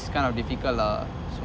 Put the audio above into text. this kind will be difficult lah so